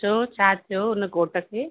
छो छा थियो हुन कोट खे